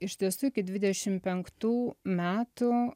iš tiesų iki dvidešim penktų metų